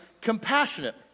compassionate